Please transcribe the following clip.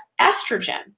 estrogen